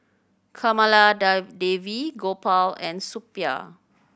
Kamaladevi Gopal and Suppiah